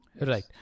Right